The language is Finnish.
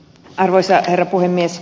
arvoisa herra puhemies